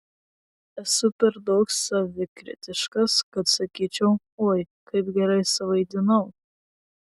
esu per daug savikritiškas kad sakyčiau oi kaip gerai suvaidinau